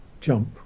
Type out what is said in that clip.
jump